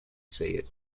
said